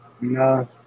No